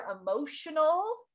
emotional